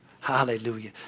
Hallelujah